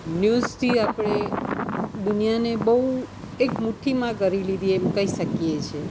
ન્યુઝથી આપણે દુનિયાને બહુ એક મુઠ્ઠીમાં કરી લીધી એમ કહી શકીએ છે